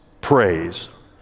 praise